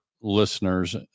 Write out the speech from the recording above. listeners